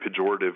pejorative